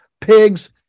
pigs